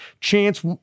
Chance